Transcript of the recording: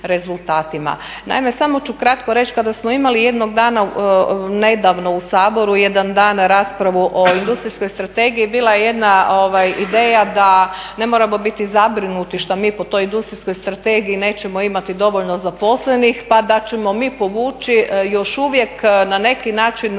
Naime, samo ću kratko reći kada smo imali jednog dana nedavno u Saboru jedan dan raspravu o Industrijskoj strategiji bila je jedna ideja da ne moramo biti zabrinuti šta mi po toj Industrijskoj strategiji nećemo imati dovoljno zaposlenih, pa da ćemo mi povući još uvijek na neki način moguće,